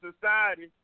society